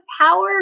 Power